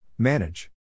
Manage